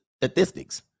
statistics